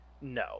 No